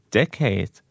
decade